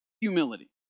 humility